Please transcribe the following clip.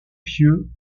pieux